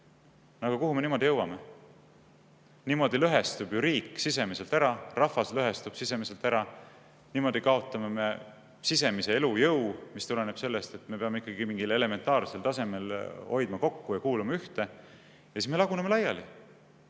Kuhu me niimoodi jõuame? Niimoodi lõhestub riik sisemiselt ära, rahvas lõhestub sisemiselt ära, niimoodi kaotame sisemise elujõu, mis tuleneb sellest, et me peame ikkagi mingil elementaarsel tasemel hoidma kokku ja kuuluma ühte. Ja siis me laguneme laiali.